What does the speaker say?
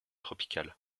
tropical